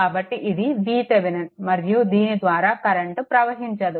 కాబట్టి ఇది VThevenin మరియు దీని ద్వారా కరెంట్ ప్రవహించదు